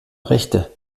rechte